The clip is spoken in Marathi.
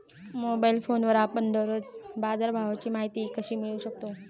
मोबाइल फोनवर आपण दररोज बाजारभावाची माहिती कशी मिळवू शकतो?